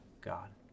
God